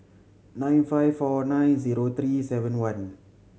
nine five four nine zero three seven one